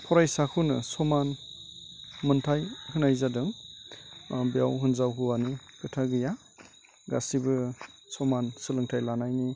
फरायसाखौनो समान मोनथाय होनाय जादों बेयाव हिन्जाव हौवानि खोथा गैया गासिबो समान सोलोंथाइ लानायनि